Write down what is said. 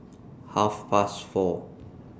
Half Past four